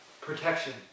protection